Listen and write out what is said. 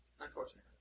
Unfortunately